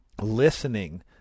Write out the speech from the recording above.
listening